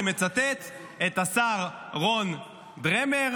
אני מצטט את השר רון דרמר,